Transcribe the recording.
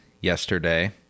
yesterday